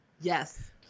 Yes